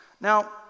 Now